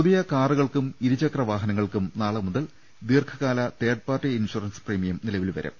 പുതിയ കാറുകൾക്കും ഇരുചക്ര വാഹനങ്ങൾക്കും നാളെ മുതൽ ദീർഘകാല തേർഡ് പാർട്ടി ഇൻഷുറൻസ് പ്രീമിയം നിലവിൽ വരും